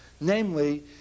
namely